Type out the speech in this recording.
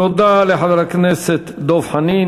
תודה לחבר הכנסת דב חנין.